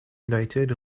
united